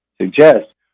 suggest